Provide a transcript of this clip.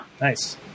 Nice